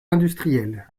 industriels